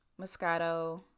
Moscato